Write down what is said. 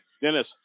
Dennis